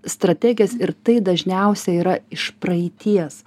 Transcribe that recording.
strategijas ir tai dažniausia yra iš praeities